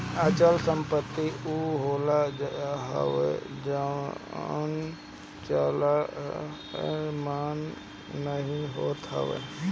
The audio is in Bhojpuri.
अचल संपत्ति उ होत हवे जवन चलयमान नाइ होत बाटे